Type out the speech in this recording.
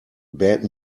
bad